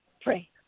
pray